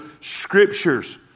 scriptures